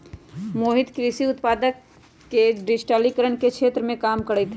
मोहित कृषि उत्पादक के डिजिटिकरण के क्षेत्र में काम करते हई